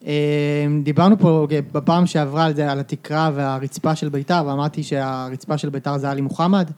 דיברנו פה בפעם שעברה על זה על התקרה והרצפה של ביתר ואמרתי שהרצפה של ביתה זה עלי מוחמד